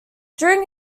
during